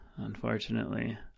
unfortunately